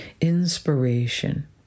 inspiration